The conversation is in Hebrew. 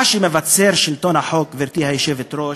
מה שמבצר שלטון החוק, גברתי היושבת-ראש,